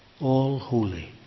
all-holy